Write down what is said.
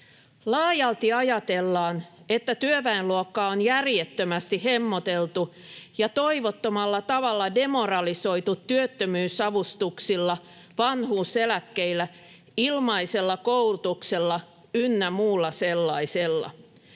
”Laajalti ajatellaan, että työväenluokkaa on järjettömästi hemmoteltu ja toivottomalla tavalla demoralisoitu työttömyysavustuksilla, vanhuuseläkkeillä, ilmaisella koulutuksella ynnä muulla sellaisella.”